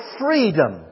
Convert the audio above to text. freedom